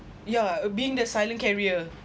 yeah uh being the silent carrier